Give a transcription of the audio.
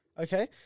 Okay